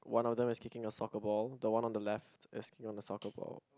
one of them is kicking a soccer ball the one on the left is kicking a soccer ball